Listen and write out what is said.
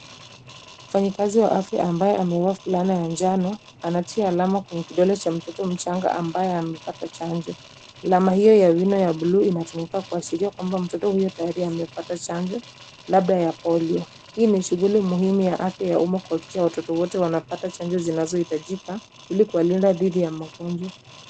Mfanyikazi wa afya ambaye amevaa fulana ya njano anatia alama kwenye kidole cha mtoto mchanga ambaye amepata chanjo. Alama hiyo ya wino ya buluu inatumika kuashiria kuonyesha tayari mtoto huyo amepata chanjo labda ya polio. Hii ni shughuli muhimu ya afya yaumma kuhakikisha watoto wote wanapata chanjo zinazohitajika ili kuwalinda dhidi ya magonjwa.